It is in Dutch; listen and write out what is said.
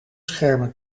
schermen